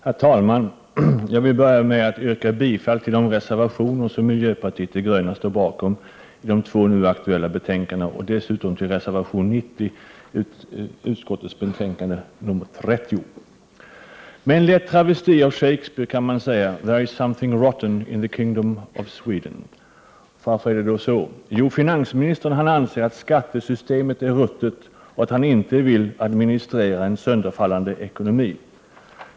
Herr talman! Jag vill börja med att yrka bifall till de reservationer som miljöpartiet de gröna står bakom i de två nu aktuella betänkandena och dessutom till reservation 90 i finansutskottets betänkande 30. Med en lätt travesti på Shakespeare kan man säga: ”There is something rotten in the kingdom of Sweden.” Varför är det så? Jo, finansministern anser att skattesystemet är ruttet och att han inte vill administrera en sönderfallande ekonomi.